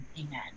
Amen